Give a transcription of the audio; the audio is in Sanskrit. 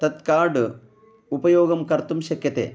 तत् कार्ड् उपयोगं कर्तुं शक्यते